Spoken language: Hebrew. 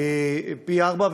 פי ארבעה,